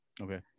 okay